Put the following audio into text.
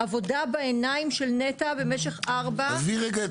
עבודה בעיניים של נת"ע במשך ארבע --- עזבי רגע,